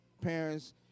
parents